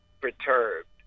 perturbed